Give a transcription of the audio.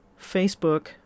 Facebook